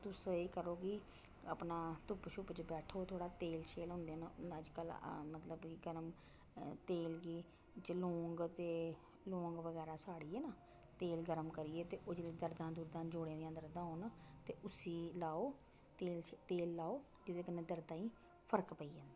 तुस एह् करो कि अपना धुप्प छुप्प च बैठो थोह्ड़ा तेल छेल होंदे न हून अज्जकल मतलब कि गरम तेल गी बिच्च लौंग ते लौंग बगैरा साड़ियै नां तेल गरम करियै ते ओह् जेह्ड़ियां दरदां दूरदां जोड़ें दियां दरदां होन ते उसी लाओ तेल तेल लाओ जेह्दे कन्नै दरदै गी फर्क पेई जंदा ऐ